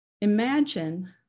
Imagine